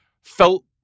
felt